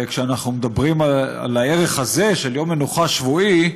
כשאנחנו מדברים על הערך הזה של יום מנוחה שבועי,